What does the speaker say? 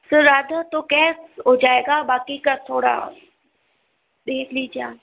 फिर आधा तो कैश हो जाएगा बाकि का थोड़ा देख लीजिए